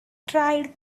tired